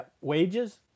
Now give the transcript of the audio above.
Wages